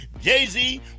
Jay-Z